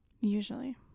Usually